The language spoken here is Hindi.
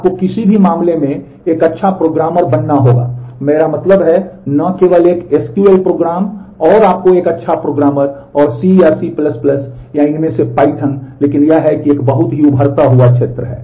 आपको किसी भी मामले में एक अच्छा प्रोग्रामर बनना होगा मेरा मतलब है कि न केवल एक एसक्यूएल लेकिन यह है कि यह एक बहुत बहुत ही उभरता हुआ क्षेत्र है